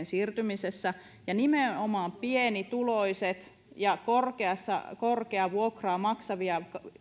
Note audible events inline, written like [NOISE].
[UNINTELLIGIBLE] siirtymisessä nimenomaan pienituloiset ja korkeaa vuokraa maksavat opiskelijat erityisesti varsinkin